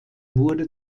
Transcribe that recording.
wurde